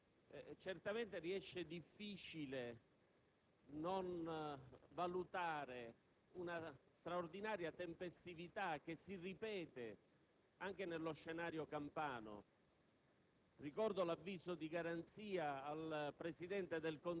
Presidente, colleghi, certamente riesce difficile non sottolineare la straordinaria tempestività che si ripete nello scenario campano.